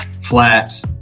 Flat